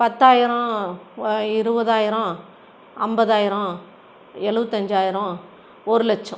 பத்தாயிரேம் இருவதாயிராம் அம்பதாயிரேம் எழுவத்தஞ்சாயிரோம் ஒரு லச்சம்